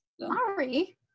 Sorry